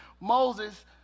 Moses